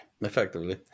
Effectively